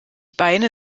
beine